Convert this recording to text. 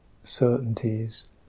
certainties